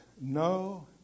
no